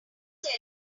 tell